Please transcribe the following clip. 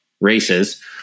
races